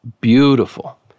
beautiful